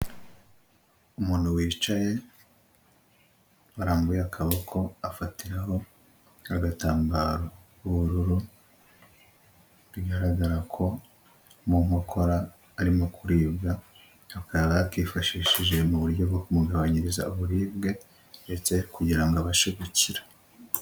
Umuntu wicaye barambuye akaboko afatiraho agatamba k'ubururu bigaragara ko mu nkokora arimo kuribwa, akaba yakifashishije mu buryo bwo kumungagabanyiriza uburibwe ndetse kugira ngo abashe gukira.